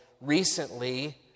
recently